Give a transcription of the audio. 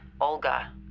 Olga